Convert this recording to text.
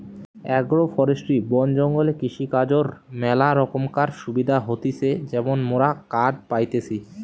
agro forestry বন জঙ্গলে কৃষিকাজর ম্যালা রোকমকার সুবিধা হতিছে যেমন মোরা কাঠ পাইতেছি